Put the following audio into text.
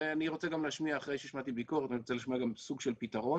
אני רוצה להשמיע סוג של פתרון